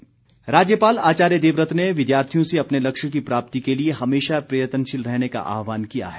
राज्यपाल राज्यपाल आचार्य देवव्रत ने विद्यार्थियों से अपने लक्ष्य की प्राप्ति के लिए हमेशा प्रयत्नशील रहने का आह्वान किया है